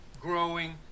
growing